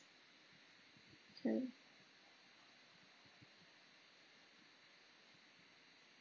uh